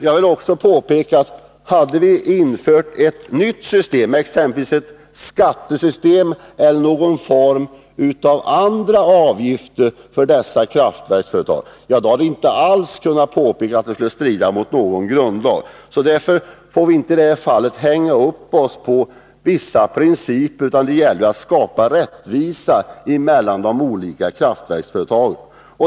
Jag vill också påpeka, att om vi hade infört ett nytt system — exempelvis en skatt eller någon annan form av avgift för kraftverksföretagen — hade ni inte alls kunnat hävda att det skulle strida mot någon grundlag. Vi får därför inte i detta fall hänga upp oss på vissa principer. Det gäller ju att skapa rättvisa mellan de olika kraftverksföretagen.